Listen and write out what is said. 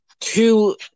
two